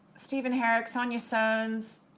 steven herrick, sonya sones,